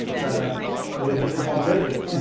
but it was the hip hop lyrics.